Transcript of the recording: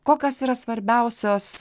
kokios yra svarbiausios